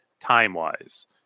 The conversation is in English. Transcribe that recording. time-wise